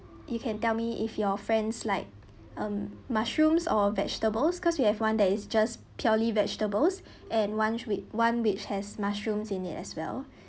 you can tell me if your friends like um mushrooms or vegetables because we have one that is just purely vegetables and one with one which has mushrooms in it as well